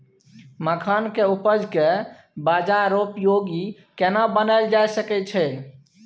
मखान के उपज के बाजारोपयोगी केना बनायल जा सकै छै?